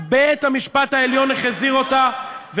בית-המשפט העליון החזיר אותה.